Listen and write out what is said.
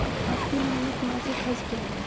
आपके नियमित मासिक खर्च क्या हैं?